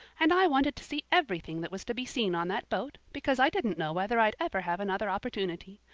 and i wanted to see everything that was to be seen on that boat, because i didn't know whether i'd ever have another opportunity.